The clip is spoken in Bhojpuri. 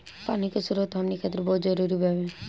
पानी के स्रोत हमनी खातीर बहुत जरूरी बावे